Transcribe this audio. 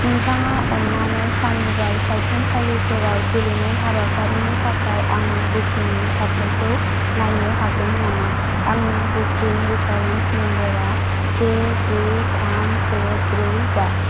नोंथाङा अन्नानै कार्निभाल सावथुनसालिफोरआव गेलेमु हाबाफारिनि थाखाय आंनि बुकिं नि थाथायखौ नायनो हागोन नामा आंनि बुकिं रिफरेन्स नम्बर आ से गु थाम से ब्रै बा